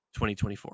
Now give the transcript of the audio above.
2024